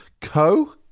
Co